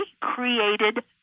created